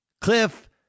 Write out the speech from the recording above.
Cliff